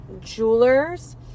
Jewelers